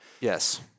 Yes